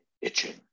itching